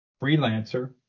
freelancer